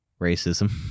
racism